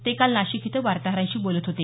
ते काल नाशिक इथं वार्ताहरांशी बोलत होते